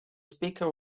speaker